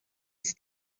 است